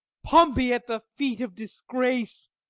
pompey at the feet of disgrace.